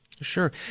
Sure